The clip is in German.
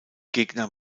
gegner